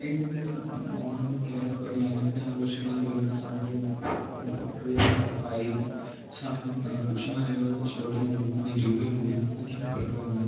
എന്തെങ്കിലും ഓണം കേരളപ്പിറവി അങ്ങനത്തെ ആഘോഷങ്ങളൊക്കെ വരുമ്പോൾ സാരിയും സ്ത്രീകള് സാരിയും സാരിയും പുരുഷമാരായാല് ഷർട്ടും മുണ്ടും അല്ലേൽ ജുബ്ബയും മുണ്ടും ഇതൊക്കെയാണ് പ്രിഫർ ചെയ്യുന്നത്